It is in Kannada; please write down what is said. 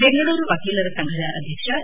ಬೆಂಗಳೂರು ವಕೀಲರ ಸಂಘದ ಅಧ್ಯಕ್ಷ ಎ